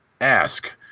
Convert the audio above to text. ask